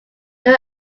they